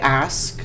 ask